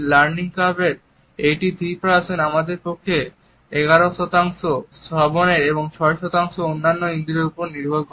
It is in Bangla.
লার্নিং কার্ভের 83 আমাদের পক্ষে 11 শ্রবণের এবং 6 অন্যান্য ইন্দ্রিয়ের ওপর নির্ভর করে